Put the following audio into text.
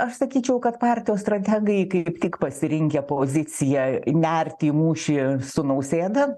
aš sakyčiau kad partijos strategai kaip tik pasirinkę poziciją nerti į mūšį su nausėda